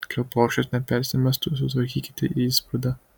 kad plokštės nepersimestų sutvarkykite įsprūdą